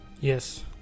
Yes